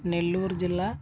నెల్లూరు జిల్లా